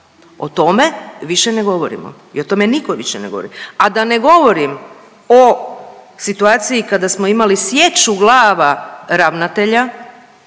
o tome više ne govorimo i o tome niko više ne govori, a da ne govorim o situaciji kada smo imali sječu glava ravnatelja,